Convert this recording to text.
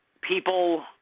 people